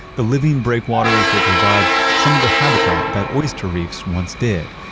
the living breakwaters will provide some of the habitats that oyster reefs once did.